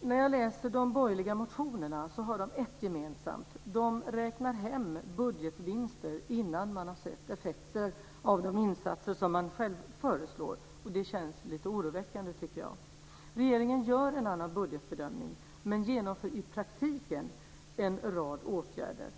När jag läser de borgerliga motionerna har de ett gemensamt, nämligen att man i dessa motioner räknar hem budgetvinster innan man har sett effekter av de insatser som man själv föreslår. Och det tycker jag känns lite oroväckande. Regeringen gör en annan budgetbedömning men vidtar i praktiken en rad åtgärder.